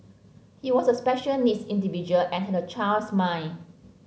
he was a special needs individual and had a child's mind